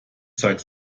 zeigt